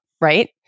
right